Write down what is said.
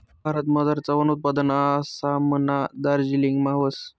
भारतमझार चहानं उत्पादन आसामना दार्जिलिंगमा व्हस